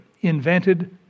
invented